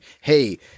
hey